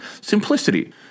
simplicity